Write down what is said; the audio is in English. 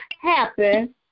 happen